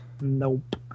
Nope